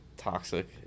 Toxic